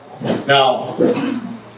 Now